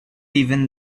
even